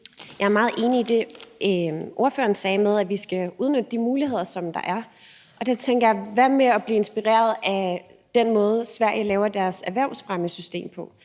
ordføreren sagde om, at vi skal udnytte de muligheder, der er, og der tænker jeg: Hvad med at blive inspireret af den måde, Sverige laver deres erhvervsfremmesystem på?